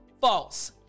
false